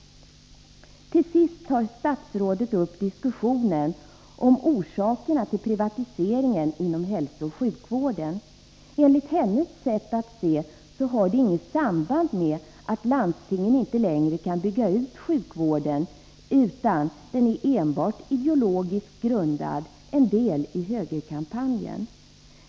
Till sist tar statsrådet upp diskussionen om orsakerna till privatiseringen inom hälsooch sjukvården. Enligt hennes sätt att se har privatiseringen inget samband med att landstingen inte längre kan bygga ut sjukvården, utan den är enbart ideologiskt grundad, en del i högerkampanjen.